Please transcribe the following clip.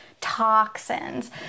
toxins